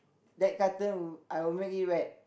that carton I will make it wet